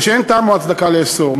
ושאין טעם או הצדקה לאסור.